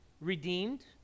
redeemed